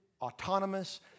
autonomous